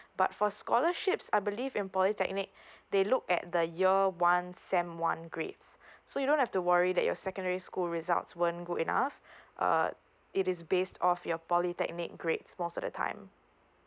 but for scholarships I believe in polytechnic they look at the year one sem one grades so you don't have to worry that your secondary school results won't good enough uh it is based off your polytechnic grade most of the time